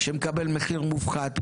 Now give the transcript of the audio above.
שמקבל מחיר מופחת,